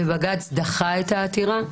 ובג"ץ דחה את העתירה.